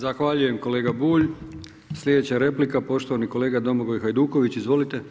Zahvaljujem kolega Bulj, sljedeća replika, poštovani kolega Domagoj Hajduković, izvolite.